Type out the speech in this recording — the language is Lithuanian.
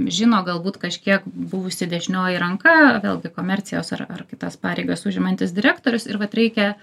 žino galbūt kažkiek buvusi dešinioji ranka vėlgi komercijos ar ar kitas pareigas užimantis direktorius ir vat reikia